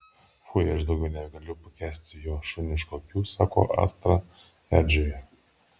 fui aš daugiau negaliu pakęsti jo šuniškų akių sako astra edžiui